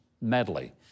medley